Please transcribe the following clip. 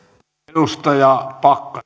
arvoisa